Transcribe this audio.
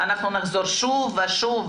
אנחנו נחזור שוב ושוב,